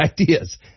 ideas